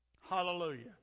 Hallelujah